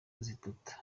zitatu